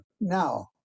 now